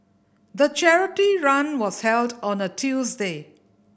the charity run was held on a Tuesday